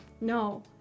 No